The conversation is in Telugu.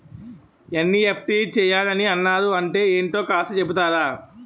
ఎన్.ఈ.ఎఫ్.టి చేయాలని అన్నారు అంటే ఏంటో కాస్త చెపుతారా?